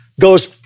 goes